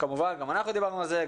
כמובן גם אנחנו דיברנו על זה,